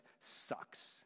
sucks